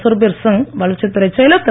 சுர்பிர் சிங் வளர்ச்சி துறை செயலர் திரு